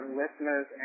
listeners